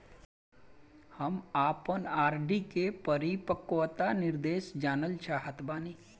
हम आपन आर.डी के परिपक्वता निर्देश जानल चाहत बानी